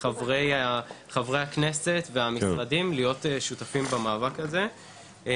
חברי הכנסת והמשרדים להיות שותפים במאבק הזה.